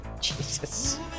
Jesus